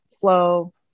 flow